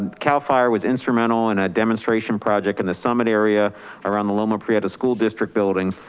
cal fire was instrumental in a demonstration project in the summit area around the loma prieta school district building.